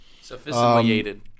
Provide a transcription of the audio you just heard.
sophisticated